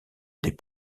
des